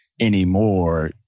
anymore